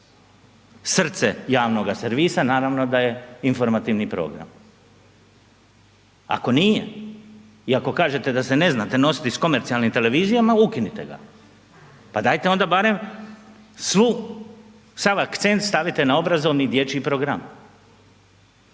Srce javnoga servisa naravno da je informativni program. Ako nije i ako kažete da se ne znate nositi s komercijalnim televizijama, ukinite ga, pa dajte onda barem svu, sav akcent stavite na obrazovni dječji program,